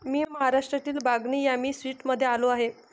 मी महाराष्ट्रातील बागनी यामी स्वीट्समध्ये आलो आहे